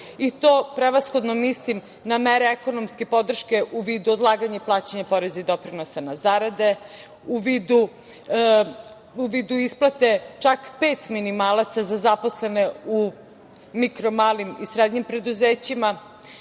i to prevashodno, mislim na mere ekonomske podrške u vidu odlaganja plaćanja poreza i doprinosa na zarade, u vidu isplate čak pet minimalaca za zaposlene u mikro malim i srednjim preduzećima,